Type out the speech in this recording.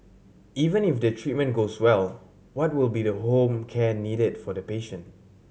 even if the treatment goes well what will be the home care needed for the patient